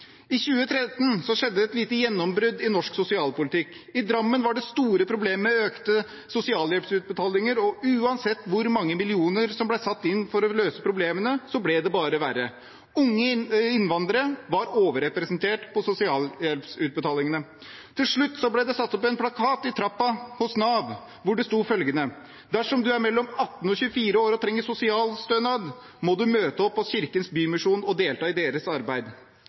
I 2013 skjedde det et lite gjennombrudd i norsk sosialpolitikk. I Drammen var det store problemer med økte sosialhjelpsutbetalinger, og uansett hvor mange millioner som ble satt inn for å løse problemene, ble det bare verre. Unge innvandrere var overrepresentert på sosialhjelpsutbetalingene. Til slutt ble det satt opp en plakat i trappen hos Nav, hvor det sto følgende: Dersom du er mellom 18 og 24 år og trenger sosialstønad, må du møte opp på Kirkens Bymisjon og delta i deres arbeid.